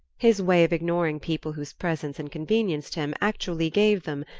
his way of ignoring people whose presence inconvenienced him actually gave them,